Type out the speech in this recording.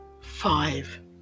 Five